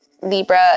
Libra